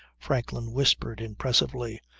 franklin whispered impressively.